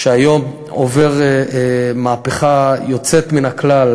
שהיום עובר מהפכה יוצאת מן הכלל,